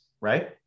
right